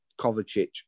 Kovacic